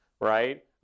right